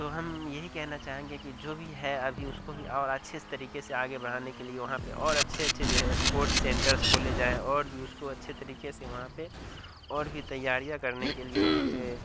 تو ہم یہی کہنا چاہیں گے کہ جو بھی ہے ابھی اس کو بھی اور اچھے طریقے سے آگے برھانے کے لیے وہاں پہ اور اچھے اچھے جو ہے اسپورٹس سینٹرس کھولے جائیں اور بھی اس کو اچھے طریقے سے وہاں پہ اور بھی تیاریاں کرنے کے لیے وہاں پہ